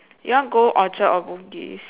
you want to go Orchard or Bugis